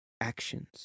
actions